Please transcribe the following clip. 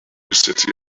city